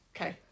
Okay